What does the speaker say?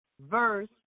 verse